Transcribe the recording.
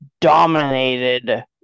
dominated